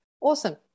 awesome